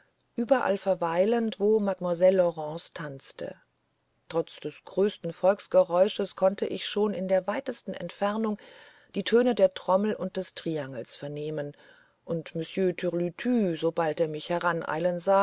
überall verweilend wo mademoiselle laurence tanzte trotz des größten volksgeräusches konnte ich schon in der weitesten entfernung die töne der trommel und des triangels vernehmen und monsieur türlütü sobald er mich